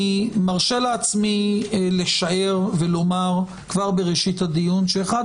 אני מרשה לעצמי לשער ולומר כבר בראשית הדיון שאחד